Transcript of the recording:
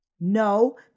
No